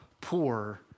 poor